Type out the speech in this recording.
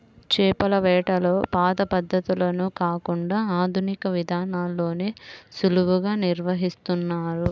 చేపల వేటలో పాత పద్ధతులను కాకుండా ఆధునిక విధానాల్లోనే సులువుగా నిర్వహిస్తున్నారు